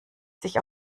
sich